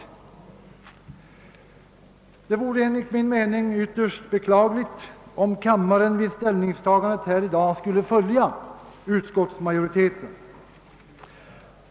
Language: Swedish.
Det vore enligt min mening ytterst beklagligt om kammaren vid ställningstagandet i dag skulle följa utskottsmajoriteten.